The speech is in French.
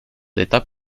d’état